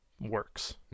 works